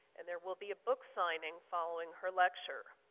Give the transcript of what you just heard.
and there will be a book signing following her lecture.